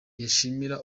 yishimira